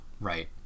Right